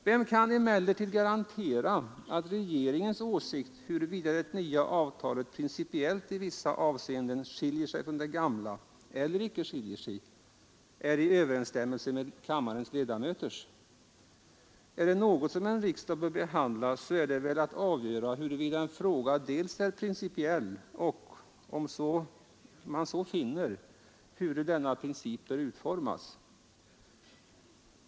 Men vem kan garantera att regeringens åsikt, huruvida det nya avtalet i vissa avseenden principiellt skiljer sig eller inte skiljer sig från det gamla, är i överensstämmelse med kammarens ledamöters? Om det är något som en riksdag bör behandla och avgöra så är det väl huruvida en fråga är principiell och — om man så finner — hur denna princip bör utformas.